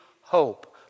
hope